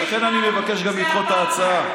לכן אני מבקש לדחות את ההצעה.